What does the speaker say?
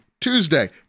Tuesday